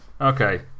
Okay